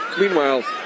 Meanwhile